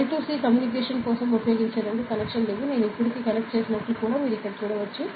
I2C communication కోసం మేము ఉపయోగించే రెండు కనెక్షన్లు ఇవి నేను ఇప్పటికే కనెక్ట్ చేసినట్లు ఇక్కడ చూడవచ్చు